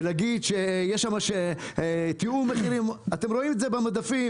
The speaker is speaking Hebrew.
להגיד שיש שם תיאום מחירים אתם רואים את זה במדפים.